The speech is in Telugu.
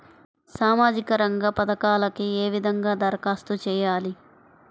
సామాజిక రంగ పథకాలకీ ఏ విధంగా ధరఖాస్తు చేయాలి?